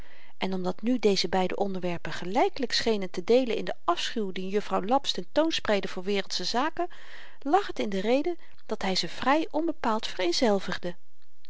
en omdat nu deze beide onderwerpen gelykelyk schenen te deelen in den afschuw dien juffrouw laps ten toon spreidde voor wereldsche zaken lag het in de rede dat hy ze vry onbepaald